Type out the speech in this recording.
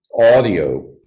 audio